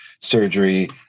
surgery